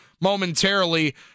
momentarily